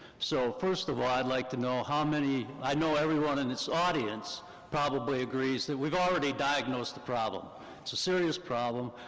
so first of all, i'd like to know how many, i know everyone in this audience probably agrees that we've already diagnosed the problem. it's a serious problem,